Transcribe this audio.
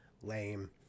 Lame